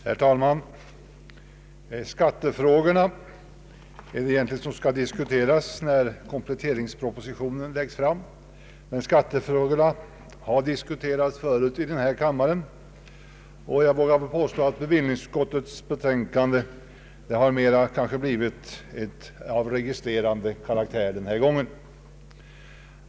Herr talman! Det är egentligen skattefrågorna som skall diskuteras när kompletteringspropositionen lägges fram, men de har tidigare diskuterats i denna kammare, och jag vågar påstå att bevillningsutskottets betänkande denna gång mera fått en registrerande karaktär.